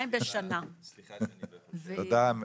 תודה,